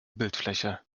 bildfläche